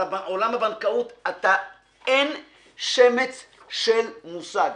על עולם הבנקאות אין שמץ של מושג.